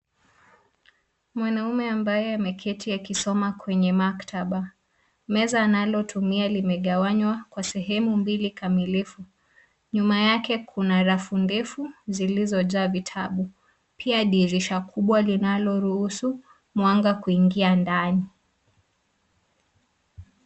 Mwanaume ambaye ameketi akisoma kwenye maktaba. Meza analotumia limegawanya kwa sehemu mbili kamilifu. Nyuma yake kuna rafu ndefu, zilizojaa vitabu. Pia dirisha kubwa linaloruhusu mwanga kuingia ndani.